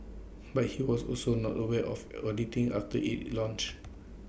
but he was also not aware of auditing after IT launched